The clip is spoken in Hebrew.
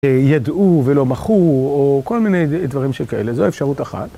ידעו ולא מחו או כל מיני דברים שכאלה, זו אפשרות אחת.